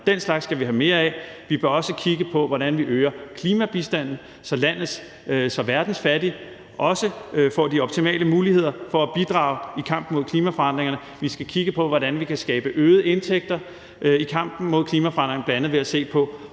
Den slags skal vi have mere af. Vi bør også kigge på, hvordan vi øger klimabistanden, så verdens fattige også får de optimale muligheder for at bidrage i kampen mod klimaforandringerne. Vi skal kigge på, hvordan vi kan skabe øgede indtægter i kampen mod klimaforandringerne, bl.a. ved at se på,